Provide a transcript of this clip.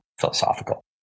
philosophical